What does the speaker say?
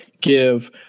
give